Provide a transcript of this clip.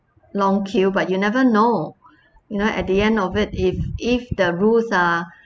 long queue but you never know you know at the end of it if if the rules are